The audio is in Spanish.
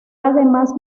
además